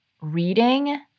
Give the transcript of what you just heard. reading